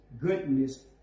goodness